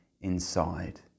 inside